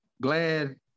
glad